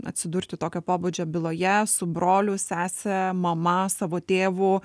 atsidurti tokio pobūdžio byloje su broliu sese mama savo tėvu